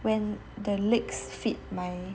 when the legs fit my